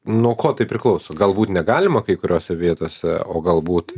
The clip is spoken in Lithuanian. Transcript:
nuo ko tai priklauso galbūt negalima kai kuriose vietose o galbūt